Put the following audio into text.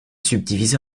subdivisé